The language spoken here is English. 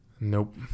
nope